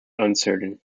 uncertain